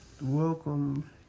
Welcome